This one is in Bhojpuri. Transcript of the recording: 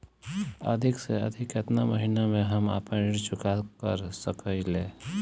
अधिक से अधिक केतना महीना में हम आपन ऋण चुकता कर सकी ले?